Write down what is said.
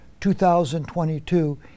2022